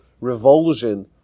revulsion